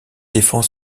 défend